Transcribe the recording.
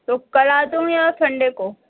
تو کل آجاؤں یا سنڈے کو